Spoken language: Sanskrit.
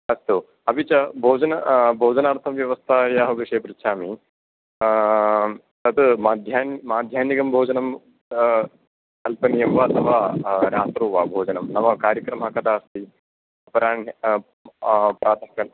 अस्तु अपि च भोजन भोजनार्थ व्यवस्थायाः कृते पृच्छामि तद् मध्याह्न माध्याह्निकं भोजनं कल्पनीयं वा अथवा रात्रौ वा भोजनं नाम कार्यक्रमः कदा अस्ति अपराह्णे प्रातःकाले